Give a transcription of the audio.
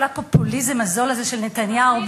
כל הפופוליזם הזול הזה של נתניהו,